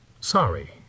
Sorry